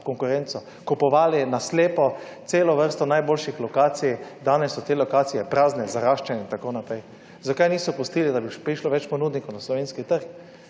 konkurenco, kupovali na slepo celo vrsto najboljših lokacij, danes so te lokacije prazne, zaraščene in tako naprej. Zakaj niso pustili, da bi prišlo več ponudnikov na slovenski trg?